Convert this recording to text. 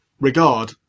regard